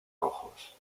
rojos